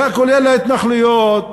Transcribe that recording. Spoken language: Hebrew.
כולל להתנחלויות,